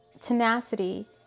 tenacity